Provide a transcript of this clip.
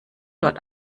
dort